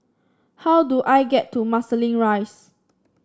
how do I get to Marsiling Rise